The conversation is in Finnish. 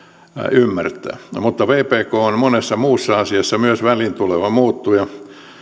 ymmärtää mutta mutta vpk on monessa muussa asiassa myös väliin tuleva muuttuja